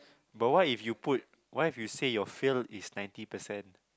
but what if you put what if you said you fail is ninety percent